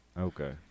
Okay